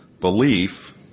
Belief